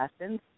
lessons